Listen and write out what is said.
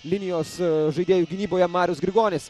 linijos žaidėjų gynyboje marius grigonis